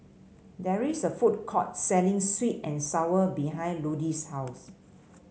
there is a food court selling sweet and sour behind Ludie's house